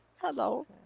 Hello